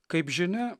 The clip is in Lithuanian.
kaip žinia